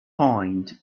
point